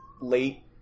late